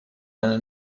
einen